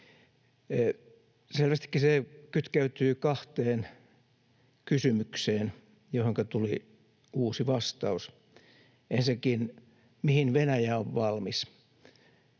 Selvästikin se kytkeytyy kahteen kysymykseen, joihinka tuli uusi vastaus. Ensinnäkin: mihin Venäjä on valmis?